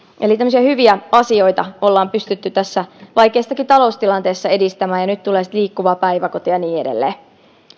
eli tämmöisiä hyviä asioita ollaan pystytty tässä vaikeassakin taloustilanteessa edistämään ja nyt tulee sitten liikkuva päiväkoti ja niin edelleen